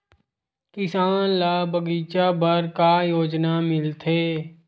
किसान ल बगीचा बर का योजना मिलथे?